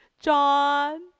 John